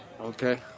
Okay